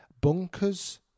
Bunkers